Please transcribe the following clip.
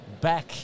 back